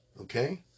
okay